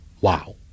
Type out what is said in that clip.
Wow